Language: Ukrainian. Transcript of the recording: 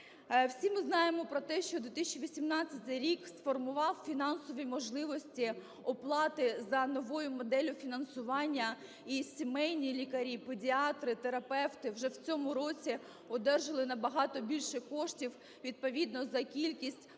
Всі ми знаємо про те, що 2018 рік сформував фінансові можливості оплати за новою моделлю фінансування, і сімейні лікарі, педіатри, терапевти вже в цьому році одержали набагато більше коштів відповідно за кількість